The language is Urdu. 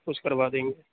کچھ کروا دیں گے